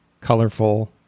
colorful